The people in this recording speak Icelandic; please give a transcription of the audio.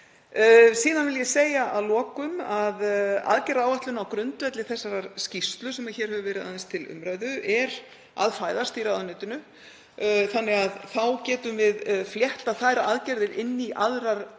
Síðan vil ég segja að lokum að aðgerðaáætlun á grundvelli þessarar skýrslu sem hér hefur verið aðeins til umræðu er að fæðast í ráðuneytinu. Þá getum við fléttað þær aðgerðir inn í aðrar á